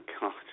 God